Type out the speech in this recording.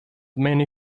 many